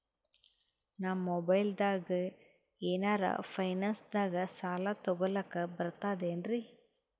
ನಾ ಮೊಬೈಲ್ದಾಗೆ ಏನರ ಫೈನಾನ್ಸದಾಗ ಸಾಲ ತೊಗೊಲಕ ಬರ್ತದೇನ್ರಿ?